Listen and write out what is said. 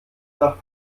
nach